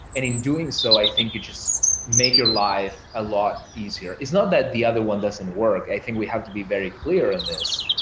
and in doing so i think you just make your life a lot easier. it's not that the other one doesn't work. i think we have to be very clear in this.